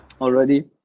already